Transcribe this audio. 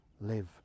live